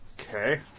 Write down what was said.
Okay